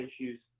issues